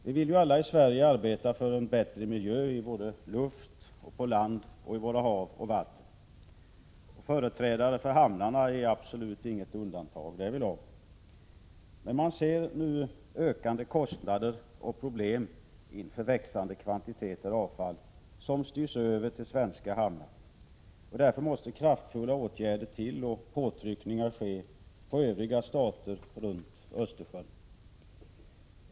Vi vill alla i Sverige arbeta för en bättre miljö i luft, på land och i våra hav och vatten. Företrädare för hamnarna utgör absolut inget undantag därvidlag. Man ser nu ökande kostnader och problem inför växande kvantiteter avfall som styrs över till svenska hamnar. Därför måste kraftfulla åtgärder till och påtryckningar ske på övriga stater runt Östersjön.